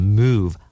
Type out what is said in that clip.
move